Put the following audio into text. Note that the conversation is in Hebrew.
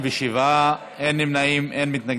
ניקוד מסוכנות לעניין נהגים מקצועיים),